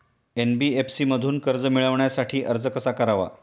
NBFC मधून कर्ज मिळवण्यासाठी अर्ज कसा करावा?